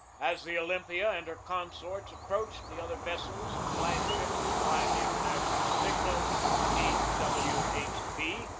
as the olympia and her consorts approached the other vessels the flag-ship was flying the international signal d. w. h. b.